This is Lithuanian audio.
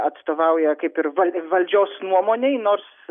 atstovauja kaip ir val valdžios nuomonei nors